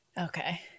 Okay